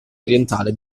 orientale